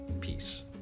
Peace